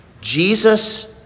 Jesus